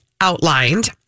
outlined